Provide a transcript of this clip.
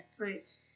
right